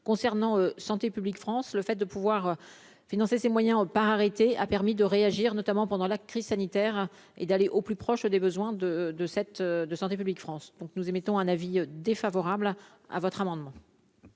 concernant santé publique France le fait de pouvoir financer ses moyens on par arrêté, a permis de réagir, notamment pendant la crise sanitaire et d'aller au plus proche des besoins de de cette de santé publique France donc nous émettons un avis défavorable à votre amendement.